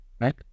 right